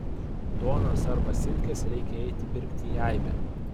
duonos arba silkės reikia eiti pirkti į aibę